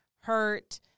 hurt